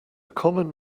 common